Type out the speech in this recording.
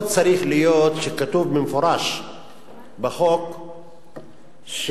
לא צריך להיות כתוב במפורש בחוק ש,